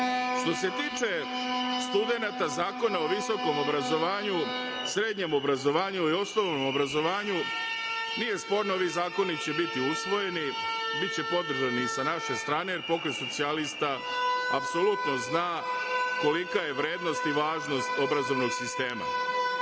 se tiče studenata Zakona o visokom obrazovanju, srednjem obrazovanju i osnovnom obrazovanju nije sporno, ali zakoni će biti usvojeni, biće podržani sa naše strane, jer Pokret socijalista apsolutno zna kolika je vrednost i važnost obrazovanog sistema. Ja